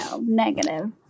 negative